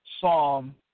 Psalm